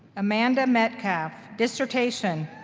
amanda metcalfe, dissertation,